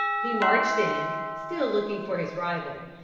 he marched in, still looking for his rival,